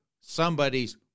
somebody's